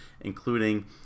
including